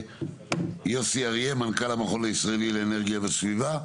יוסי אריה, מנכ"ל המכון הישראלי לאנרגיה וסביבה.